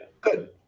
Good